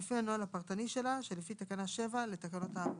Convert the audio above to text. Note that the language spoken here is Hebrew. לתקנות המסגרות ולפי הנוהל הפרטני שלה שלפי תקנה 7 לתקנות האמורות.